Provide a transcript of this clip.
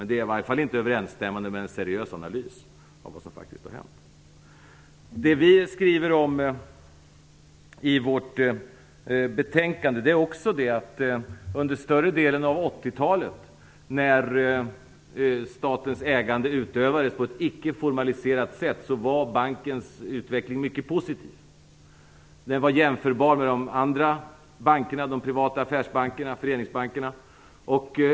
Det är i varje fall inte överensstämmande med en seriös analys av vad som faktiskt har hänt. Det vi skriver om i vårt betänkande är också att under större delen av 80-talet, när statens ägande utövades på ett icke formaliserat sätt, var bankens utveckling mycket positiv. Den var jämförbar med de andra bankerna, de privata affärsbankerna och föreningsbankerna.